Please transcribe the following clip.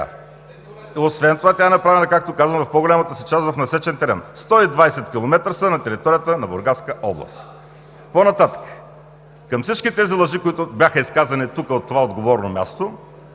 Освен това тя е направена, както казах, в по-голямата си част в насечен терен – 120 км са на територията на Бургаска област. По нататък. Към всички тези лъжи, които бяха изказани тук, от това отговорно място,